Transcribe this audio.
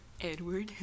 Edward